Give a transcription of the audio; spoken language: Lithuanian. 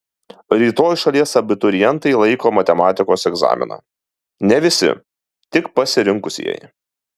rytoj šalies abiturientai laiko matematikos egzaminą ne visi tik pasirinkusieji